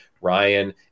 Ryan